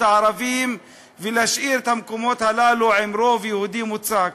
הערבים ולהשאיר את המקומות הללו עם רוב יהודי מוצק.